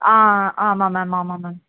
ஆமாம் மேம் ஆமாம் மேம்